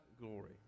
glory